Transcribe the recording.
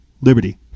liberty